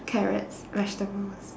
carrots vegetables